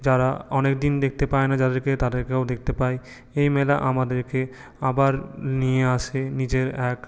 যারা অনেক দিন দেখতে পায় না যাদেরকে তাদেরকেও দেখতে পাই এই মেলা আমাদেরকে আবার নিয়ে আসে নিজের এক